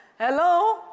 Hello